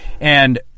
and-